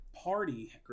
Party